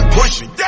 pushing